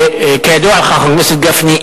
חבר הכנסת גפני,